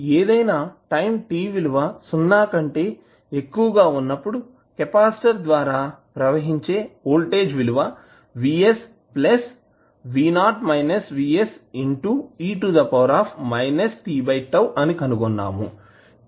మనము ఏదైనా time t విలువ సున్నా కంటే ఎక్కువ గా ఉన్నప్పుడూ కెపాసిటర్ ద్వారా ప్రవహించే వోల్టేజ్ విలువ అని కనుగొన్నాము